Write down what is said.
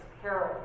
Carol